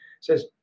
says